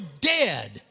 dead